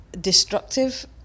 destructive